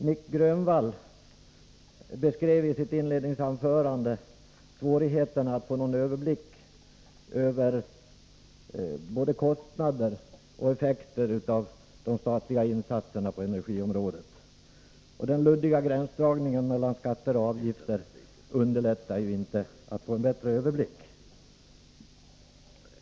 Nic Grönvall beskrev i sitt inledningsanförande svårigheterna att få någon överblick över både kostnader och effekter av de statliga insatserna på energiområdet, och den luddiga gränsdragningen mellan skatter och avgifter underlättar ju inte att få en bättre överblick.